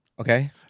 Okay